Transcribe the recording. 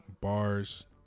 Bars